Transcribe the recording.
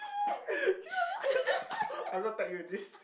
I go tag you in this